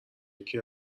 یکی